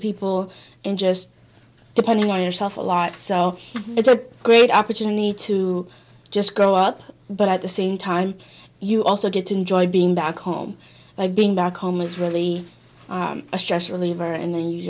people and just depending on yourself a lot so it's a great opportunity to just go up but at the same time you also get to enjoy being back home by being back home is really a stress reliever and